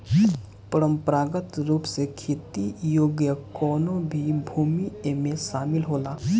परंपरागत रूप से खेती योग्य कवनो भी भूमि एमे शामिल होला